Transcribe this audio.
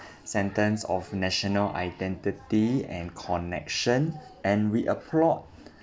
sentence of national identity and connection and we applaud